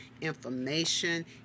information